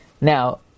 Now